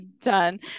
done